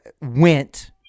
went